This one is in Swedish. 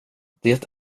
det